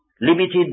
limited